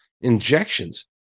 injections